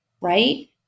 right